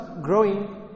growing